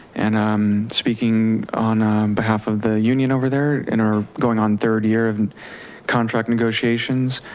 and i'm speaking on behalf of the union over there and are going on third year of and contract negotiations.